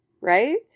Right